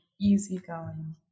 easygoing